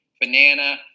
Banana